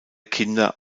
kinder